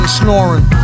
snoring